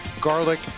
garlic